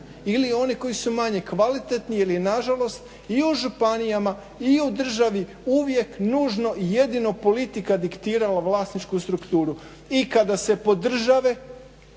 ili oni koji su manje kvalitetni ili nažalost i o županijama, i o državi uvijek nužno jedino politika diktirala vlasničku strukturu i kada se podržave